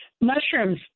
Mushrooms